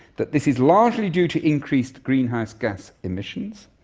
that this is largely due to increased greenhouse gas emissions,